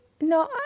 no